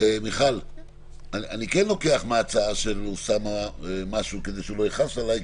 אני לוקח מן ההצעה של אוסאמה משהו כדי שהוא לא יכעס עליי,